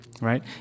right